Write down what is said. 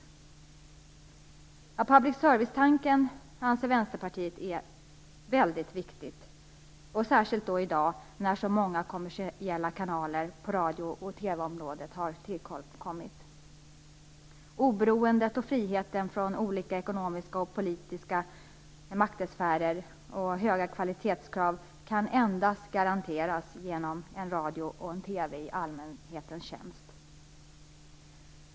Public service-tanken är väldigt viktig, särskilt i dag, när så många kommersiella kanaler på radio och TV-området har tillkommit. Oberoendet och friheten från olika ekonomiska och politiska maktsfärer och höga kvalitetskrav kan endast garanteras genom en radio och en TV i allmänhetens tjänst.